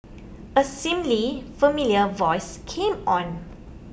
a seemingly familiar voice came on